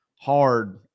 hard